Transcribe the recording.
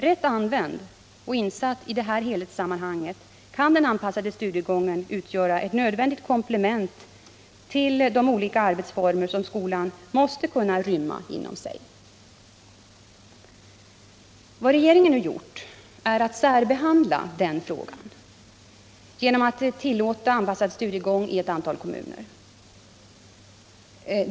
Rätt använd och insatt i detta helhetssammanhang kan den anpassade studiegången utgöra ett nödvändigt komplement till de olika arbetsformer som skolan måste kunna rymma inom sig. Vad regeringen nu gjort är att särbehandla den frågan genom att tillåta anpassad studiegång i ett antal kommuner.